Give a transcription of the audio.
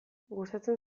gustatzen